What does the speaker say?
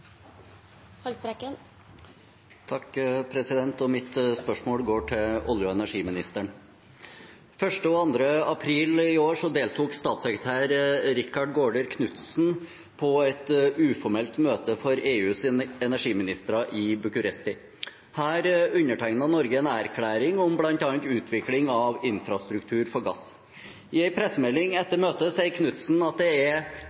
Mitt spørsmål går til olje- og energiministeren. Den 1. og 2. april i år deltok statssekretær Rikard Gaarder Knutsen på et uformelt møte for EUs energiministre i Bucuresti. Her undertegnet Norge en erklæring om bl.a. utvikling av infrastruktur for gass. I en pressemelding etter møtet sier Knutsen at det er